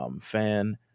fan